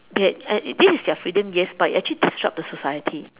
they this is their freedom yes but it actually disrupts the society